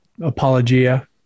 Apologia